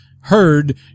heard